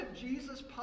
Jesus